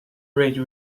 rage